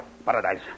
Paradise